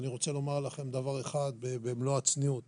אני רוצה לומר לכם דבר אחד במלוא הצניעות